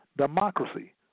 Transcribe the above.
democracy